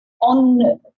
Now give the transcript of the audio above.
on